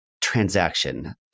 transaction